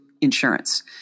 insurance